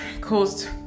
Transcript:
caused